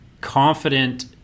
confident